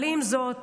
אבל עם זאת,